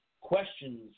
questions